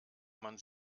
man